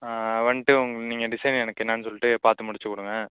ஆ வந்துட்டு உங்கள் நீங்கள் எனக்கு டிசைன் எனக்கு என்னான்னு சொல்லிட்டு பார்த்து முடிச்சு கொடுங்க